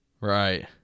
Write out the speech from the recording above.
right